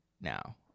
now